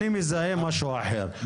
אני מזהה משהו אחר,